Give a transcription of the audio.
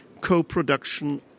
co-production